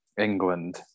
England